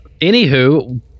Anywho